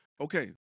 Okay